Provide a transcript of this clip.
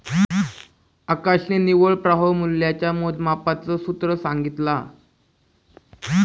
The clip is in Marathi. आकाशने निव्वळ प्रवाह मूल्याच्या मोजमापाच सूत्र सांगितला